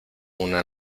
una